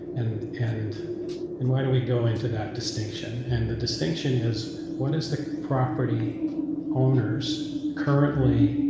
and and and why do we go into that distinction and the distinction is what is the property owners' currently,